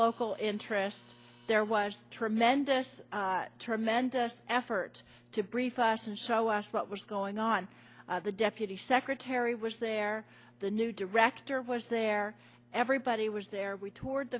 local interest there was a tremendous tremendous effort to brief us and show us what was going on the deputy secretary was there the new director was there everybody was there we to